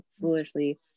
foolishly